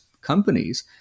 companies